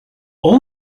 all